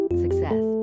Success